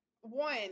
one